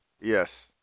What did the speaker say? Yes